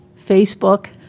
Facebook